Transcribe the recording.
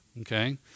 okay